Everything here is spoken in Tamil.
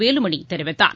வேலுமணிதெரிவித்தார்